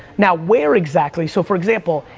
now, where exactly? so for example,